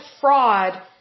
fraud